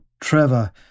Trevor